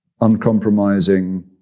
uncompromising